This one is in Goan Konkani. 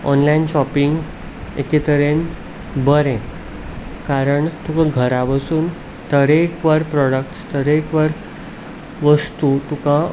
ऑनलायन शॉपिंग एके तरेन बरें कारण तुका घरा बसून तरेकवार प्रोडक्ट्स तरेकवार वस्तू तुका